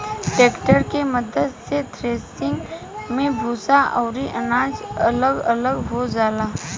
tractor के मद्दत से थ्रेसिंग मे भूसा अउरी अनाज अलग अलग हो जाला